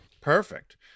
Perfect